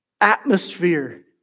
atmosphere